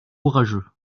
orageux